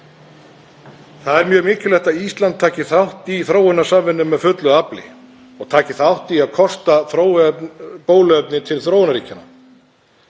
Það er mjög mikilvægt að Ísland taki þátt í þróunarsamvinnu af fullu afli og taki þátt í að kosta bóluefni til þróunarríkjanna.